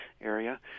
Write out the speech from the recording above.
area